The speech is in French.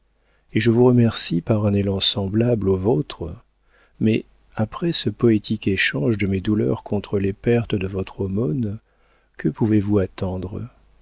et je vous remercie par un élan semblable au vôtre mais après ce poétique échange de mes douleurs contre les perles de votre aumône que pouvez-vous attendre